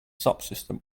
subsystem